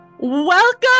Welcome